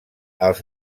els